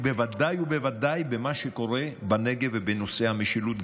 ובוודאי ובוודאי במה שקורה בנגב ובנושא המשילות,